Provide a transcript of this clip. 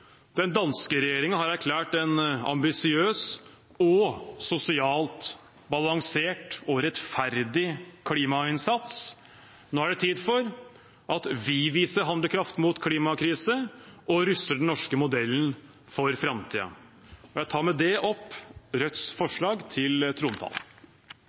Den danske regjeringen har erklært en ambisiøs og sosialt balansert og rettferdig klimainnsats. Nå er det tid for at vi viser handlekraft overfor klimakrisen og ruster den norske modellen for framtiden. Jeg tar med det opp Rødts